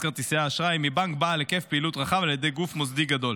כרטיסי אשראי מבנק בעל היקף פעילות רחב על ידי גוף מוסדי גדול,